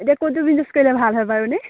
এতিয়া কোনটো তুমি ইউছ কৰিলে ভাল হয় বাৰু নে